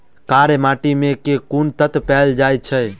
कार्य माटि मे केँ कुन तत्व पैल जाय छै?